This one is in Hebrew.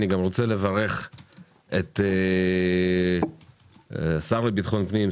אני מברך גם את שר לביטחון פנים,